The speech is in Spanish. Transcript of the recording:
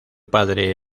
padre